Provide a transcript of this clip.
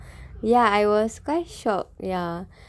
ya I was quite shocked ya